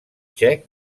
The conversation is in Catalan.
txec